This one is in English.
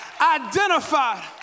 identified